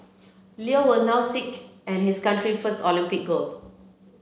Lee will now seek and his country first Olympic gold